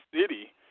city